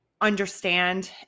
understand